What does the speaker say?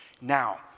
Now